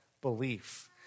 belief